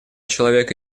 человека